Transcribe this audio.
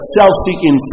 self-seeking